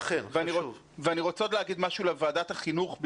אני רוצה לומר עוד משהו לוועדת החינוך.